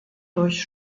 durch